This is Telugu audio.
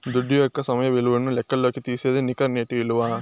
దుడ్డు యొక్క సమయ విలువను లెక్కల్లోకి తీసేదే నికర నేటి ఇలువ